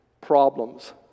problems